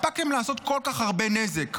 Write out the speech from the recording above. הספקתם לעשות כל כך הרבה נזק?